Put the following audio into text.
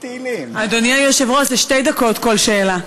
אדוני היושב-ראש, זה שתי דקות כל שאלה.